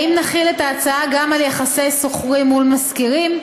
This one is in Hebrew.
האם נחיל את ההצעה גם על יחסי שוכרים מול משכירים?